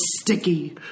sticky